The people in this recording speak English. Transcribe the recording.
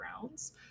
grounds